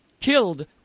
killed